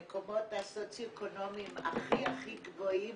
במקומות הסוציו אקונומיים הכי גבוהים